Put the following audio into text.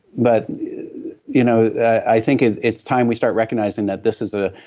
but you know i think it's time we start recognizing that this is a,